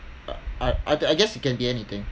I I I I guess it can be anything